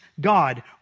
God